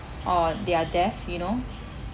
or they are deaf you know